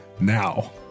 now